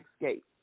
escape